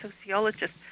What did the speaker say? sociologist